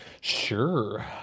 Sure